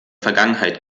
vergangenheit